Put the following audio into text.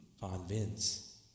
convince